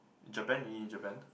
Japan you eat in Japan